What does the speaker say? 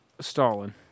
Stalin